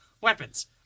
weapons